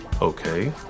Okay